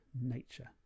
nature